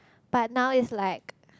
but now it's like